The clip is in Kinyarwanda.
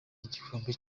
y’igikombe